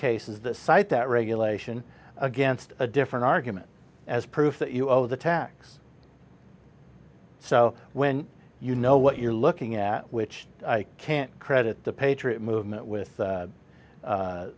cite that regulation against a different argument as proof that you owe the tax so when you know what you're looking at which i can't credit the patriot movement with